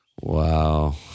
Wow